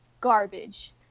garbage